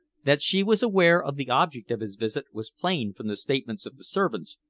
that she was aware of the object of his visit was plain from the statements of the servants,